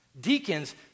Deacons